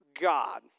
God